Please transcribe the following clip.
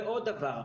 ועוד דבר,